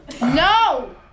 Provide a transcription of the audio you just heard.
No